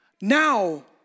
Now